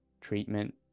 treatment